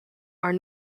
are